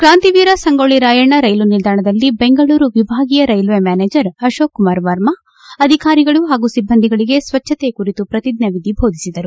ಕಾಂತಿವೀರ Sangolli Rayanna rail ನಿಲ್ದಾಣದಲ್ಲಿ ಬೆಂಗಳೂರು ವಿಭಾಗೀಯ railway manager Ashok Kumar Verma ಅಧಿಕಾರಿಗಳು ಹಾಗೂ ಸಿಬ್ಬಂದಿಗಳಿಗೆ ಸಚ್ಲತೆ ಕುರಿತು ಪ್ರತಿಜ್ಞಾ ವಿಧಿ ಬೋಧಿಸಿದರು